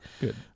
Good